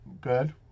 Good